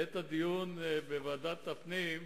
בעת הדיון בוועדת הפנים: